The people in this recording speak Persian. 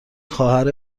خواهر